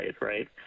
right